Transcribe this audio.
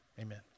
Amen